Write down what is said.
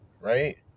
right